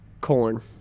Corn